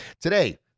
today